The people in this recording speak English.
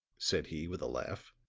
said he with a laugh.